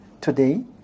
today